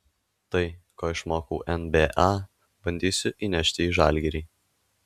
tai ko išmokau nba bandysiu įnešti į žalgirį